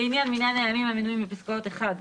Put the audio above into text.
לעניין מניין הימים המנויים בפסקאות (1)